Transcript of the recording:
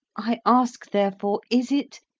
i ask therefore, is it,